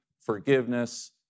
forgiveness